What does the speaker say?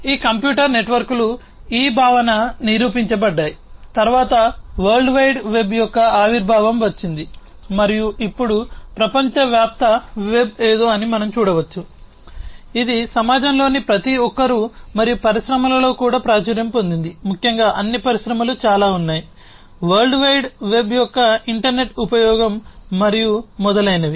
ఈ కంప్యూటర్ నెట్వర్క్లు ఈ భావన నిరూపించబడ్డాయి తరువాత వరల్డ్ వైడ్ వెబ్ యొక్క ఆవిర్భావం వచ్చింది మరియు ఇప్పుడు ప్రపంచవ్యాప్త వెబ్ ఏదో అని మనం చూడవచ్చు ఇది సమాజంలోని ప్రతి ఒక్కరూ మరియు పరిశ్రమలలో కూడా ప్రాచుర్యం పొందింది ముఖ్యంగా అన్ని పరిశ్రమలు చాలా ఉన్నాయి వరల్డ్ వైడ్ వెబ్ యొక్క ఇంటర్నెట్ ఉపయోగం మరియు మొదలైనవి